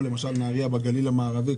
או למשל נהרייה בגליל המערבי,